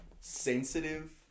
sensitive